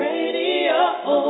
Radio